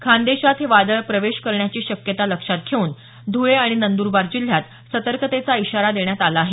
खानदेशात हे वादळ प्रवेश करण्याची शक्यता लक्षात घेऊन ध्रळे आणि नंदरबार जिल्ह्यात सतर्कतेचा इशारा देण्यात आला आहे